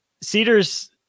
Cedars